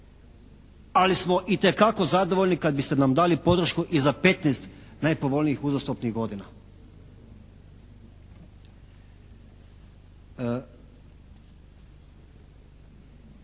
ali smo itekako zadovoljni kad biste nam dali podršku i za 15 najpovoljnijih uzastopnih godina.